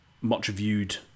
much-viewed